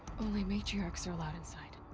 only matriarchs are allowed inside.